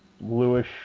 bluish